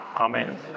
Amen